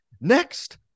Next